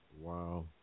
Wow